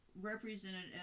represented